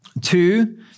Two